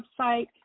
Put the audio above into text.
website